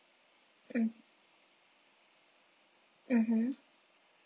mm mmhmm